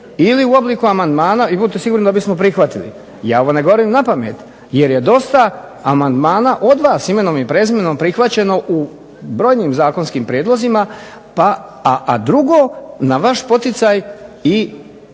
ili u obliku amandmana i budite sigurni da bismo prihvatili, ja ovo ne govorim napamet jer je dosta amandmana od vas imenom i prezimenom prihvaćeno u brojnim zakonskim prijedlozima, a drugo na vaš poticaj i iz